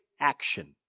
action